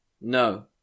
No